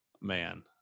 man